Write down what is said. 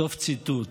סוף ציטוט.